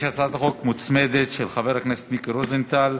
יש הצעת חוק מוצמדת של חבר הכנסת מיקי רוזנטל.